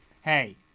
hey